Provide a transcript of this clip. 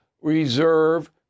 reserve